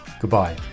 goodbye